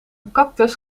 cactus